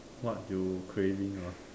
what you craving ah